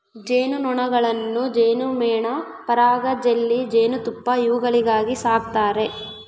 ಜೇನು ನೊಣಗಳನ್ನು ಜೇನುಮೇಣ ಪರಾಗ ಜೆಲ್ಲಿ ಜೇನುತುಪ್ಪ ಇವುಗಳಿಗಾಗಿ ಸಾಕ್ತಾರೆ